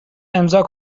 امضا